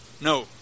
No